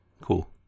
cool